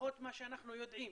לפחות מה שאנחנו יודעים,